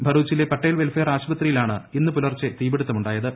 ഭറൂച്ചിലെ Patel welfare ആശുപത്രിയിലാണ് ഇന്ന് പുലർച്ചെ തീപിടുത്തമുണ്ടായത്